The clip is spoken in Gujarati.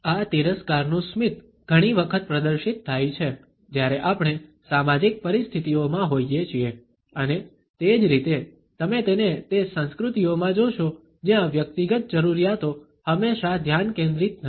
આ તિરસ્કારનું સ્મિત ઘણી વખત પ્રદર્શિત થાય છે જ્યારે આપણે સામાજિક પરિસ્થિતિઓમાં હોઈએ છીએ અને તે જ રીતે તમે તેને તે સંસ્કૃતિઓમાં જોશો જ્યાં વ્યક્તિગત જરૂરિયાતો હંમેશા ધ્યાન કેન્દ્રિત નથી